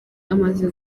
amaze